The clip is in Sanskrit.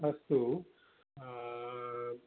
अस्तु